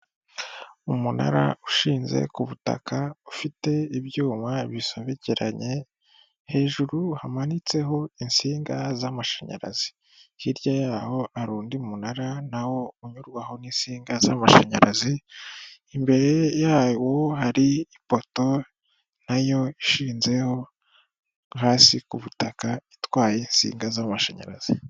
Umunara ushinze ku butaka ufite ibyuma bisobekeranye, hejuru hamanitseho insinga z'amashanyarazi hirya yaho hari undi munara nawo unyurwaho n'insinga z'amashanyarazi, imbere yawo hari ipoto nayo ishinzeho hasi ku butaka itwaye insinga z'amashanyarazi.